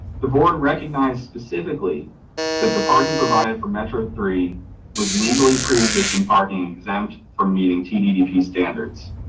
the board recognized specifically that the parking provided for metro three was legally preexisting parking exempt for meeting tddp standards,